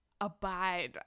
abide